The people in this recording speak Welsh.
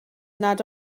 nad